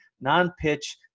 non-pitch